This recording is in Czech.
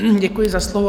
Děkuji za slovo.